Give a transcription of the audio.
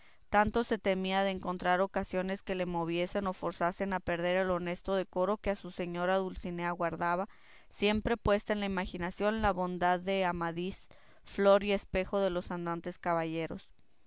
tanto se temía de encontrar ocasiones que le moviesen o forzasen a perder el honesto decoro que a su señora dulcinea guardaba siempre puesta en la imaginación la bondad de amadís flor y espejo de los andantes caballeros